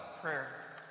prayer